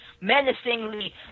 menacingly